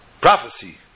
prophecy